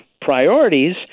priorities